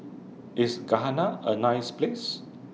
IS Ghana A nice Place